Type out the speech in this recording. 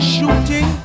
shooting